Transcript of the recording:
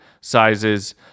sizes